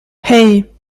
hei